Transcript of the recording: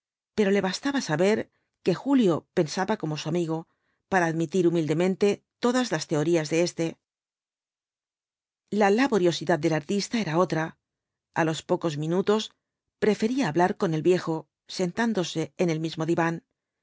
pero le bastaba saber que julio pensaba como su amigo para admitir humildemente todas las teorías de éste la laboriosidad del artista era otra a los pocos minutos prefería hablar con el viejo sentándose en el mismo diván